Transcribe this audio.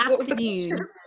Afternoon